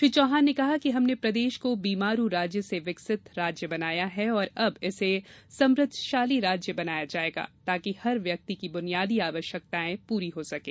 श्री चौहान ने कहा कि हमने प्रदेश को बीमारू राज्य से विकसित राज्य बनाया है और अब इसे समुद्धशाली राज्य बनाया जायेगा ताकि हर व्यक्ति की बुनियादी आवश्यकता पूरी हो सकें